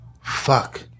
Fuck